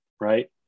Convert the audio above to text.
Right